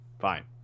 fine